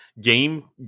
game